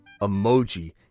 emoji